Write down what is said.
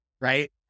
Right